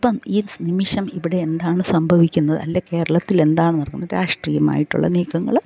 ഇപ്പം ഈ നിമിഷം ഇവിടെ എന്താണ് സംഭവിക്കുന്നത് അല്ലെ കേരളത്തിൽ എന്താണ് നടക്കുന്നത് രാഷ്ട്രീയമായിട്ടുള്ള നീക്കങ്ങൾ